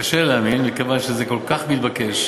קשה לי להאמין מכיוון שזה כל כך מתבקש.